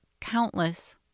countless